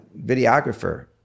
videographer